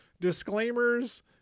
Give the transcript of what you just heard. disclaimers